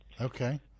Okay